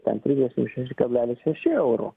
ten trisdešim šeši kablelis šeši euro